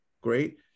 great